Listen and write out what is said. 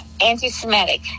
anti-Semitic